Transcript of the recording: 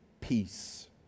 peace